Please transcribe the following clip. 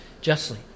justly